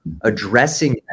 addressing